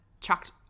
chucked